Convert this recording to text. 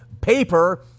paper